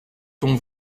ton